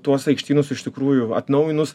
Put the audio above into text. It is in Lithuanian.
tuos aikštynus iš tikrųjų atnaujinus